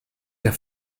der